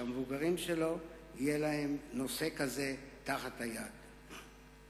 שהמבוגרים שלו יהיה להם דבר כזה בהישג יד.